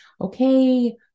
Okay